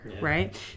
right